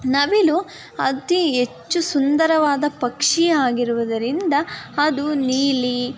ನವಿಲು ಅತಿ ಹೆಚ್ಚು ಸುಂದರವಾದ ಪಕ್ಷಿ ಆಗಿರುವುದರಿಂದ ಅದು ನೀಲಿ